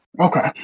okay